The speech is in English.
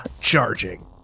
charging